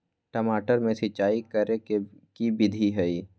टमाटर में सिचाई करे के की विधि हई?